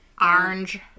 orange